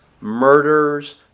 murders